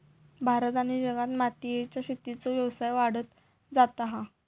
भारत आणि जगात मोतीयेच्या शेतीचो व्यवसाय वाढत जाता हा